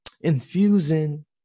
infusing